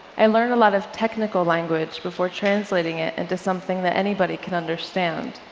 i learn a lot of technical language before translating it into something that anybody can understand.